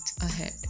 ahead